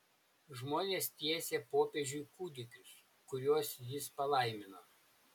žmonės tiesė popiežiui kūdikius kuriuos jis palaimino